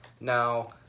Now